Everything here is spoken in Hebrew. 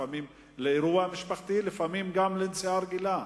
לפעמים לאירוע משפחתי ולפעמים סתם נסיעה רגילה.